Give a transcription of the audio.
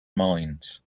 minds